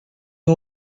you